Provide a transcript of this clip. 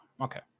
okay